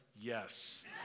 yes